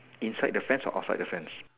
inside the fence or outside the fence